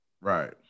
Right